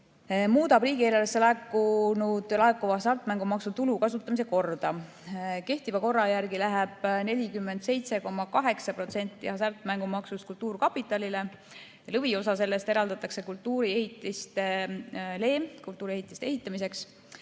muudab riigieelarvesse laekuva hasartmängumaksu tulu kasutamise korda. Kehtiva korra järgi läheb 47,8% hasartmängumaksust kultuurkapitalile. Lõviosa sellest eraldatakse kultuuriehitistele, kultuuriehitiste ehitamiseks,